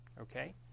Okay